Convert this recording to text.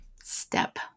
step